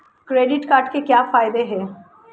Credit card के क्या फायदे हैं?